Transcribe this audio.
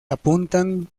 apuntan